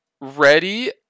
ready